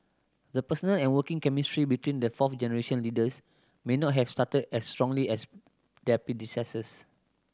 the personal and working chemistry between the fourth generation leaders may not have started as strongly as their predecessors